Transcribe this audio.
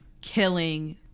killing